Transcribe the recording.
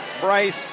Bryce